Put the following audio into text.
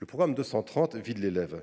Le programme 230 « Vie de l’élève